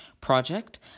project